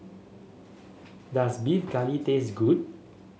does Beef Galbi taste good